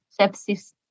sepsis